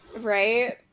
right